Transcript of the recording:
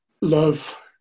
Love